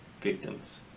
victims